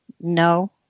no